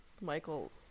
Michael